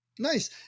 Nice